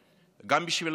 גם בשבילם וגם בשבילך: